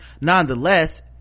Nonetheless